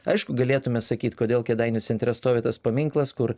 aišku galėtume sakyt kodėl kėdainių centre stovi tas paminklas kur